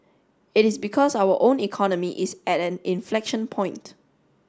it is because our own economy is at an inflection point